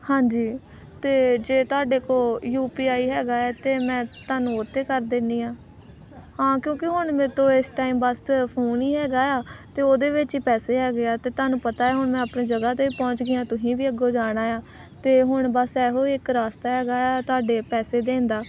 ਹਾਂਜੀ ਅਤੇ ਜੇ ਤੁਹਾਡੇ ਕੋਲ ਯੂ ਪੀ ਆਈ ਹੈਗਾ ਹੈ ਤਾਂ ਮੈਂ ਤੁਹਾਨੂੰ ਉਹ 'ਤੇ ਕਰ ਦਿੰਦੀ ਹਾਂ ਹਾਂ ਕਿਉਂਕਿ ਹੁਣ ਮੇਰੇ ਤੋਂ ਇਸ ਟਾਈਮ ਬਸ ਫੋਨ ਹੀ ਹੈਗਾ ਆ ਅਤੇ ਉਹਦੇ ਵਿੱਚ ਹੀ ਪੈਸੇ ਹੈਗੇ ਆ ਅਤੇ ਤੁਹਾਨੂੰ ਪਤਾ ਹੁਣ ਆਪਣੇ ਜਗ੍ਹਾ 'ਤੇ ਪਹੁੰਚ ਗਈ ਹਾਂ ਤੁਸੀਂ ਵੀ ਅੱਗੋਂ ਜਾਣਾ ਆ ਅਤੇ ਹੁਣ ਬਸ ਇਹੋ ਇੱਕ ਰਸਤਾ ਹੈਗਾ ਤੁਹਾਡੇ ਪੈਸੇ ਦੇਣ ਦਾ